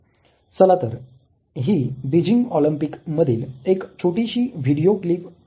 चला तर हि बिजिंग ऑलिम्पिक मधील एक छोटीशी व्हिडीओ क्लीप पाहू